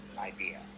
idea